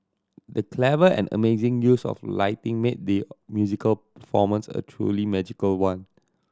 the clever and amazing use of lighting made the musical performance a truly magical one